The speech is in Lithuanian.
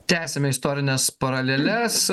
tęsiame istorines paraleles